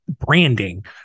branding